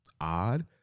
odd